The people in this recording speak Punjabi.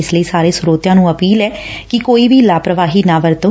ਇਸ ਲਈ ਸਾਰੇ ਸਰੋਤਿਆਂ ਨੂੰ ਅਪੀਲ ਐ ਕਿ ਕੋਈ ਵੀ ਲਾਪਰਵਾਹੀ ਨਾ ਵਰਤੋਂ